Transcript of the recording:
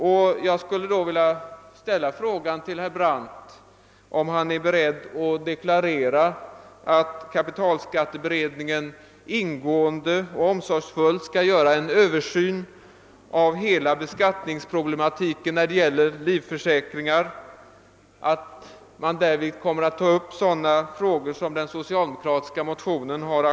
Det är detta som motionen kräver. Jag skulle då vilja fråga herr Brandt om han är beredd att klart deklarera att kapitalskatteberedningen ingående och omsorgsfullt kommer att göra en översyn av hela beskattningsproblematiken beträffande livförsäkringar och därvid ta upp de frågor som har aktualiserats i den socialdemokratiska motionen.